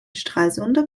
stralsunder